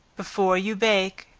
before you bake,